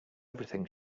everything